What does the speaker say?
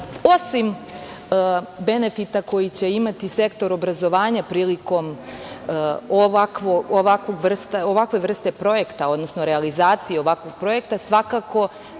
benefita koji će imati sektor obrazovanja prilikom ovakve vrste projekta, odnosno realizacije ovakvog projekta, svakako da posebno